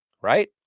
right